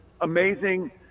amazing